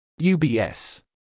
UBS